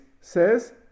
says